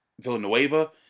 Villanueva